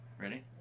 Ready